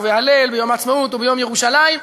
ובהלל ביום העצמאות וביום ירושלים.